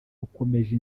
rukomeje